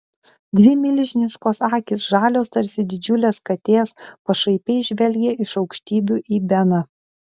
dvi milžiniškos akys žalios tarsi didžiulės katės pašaipiai žvelgė iš aukštybių į beną